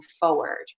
forward